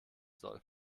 soll